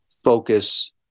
focus